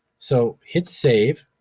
so, hit save,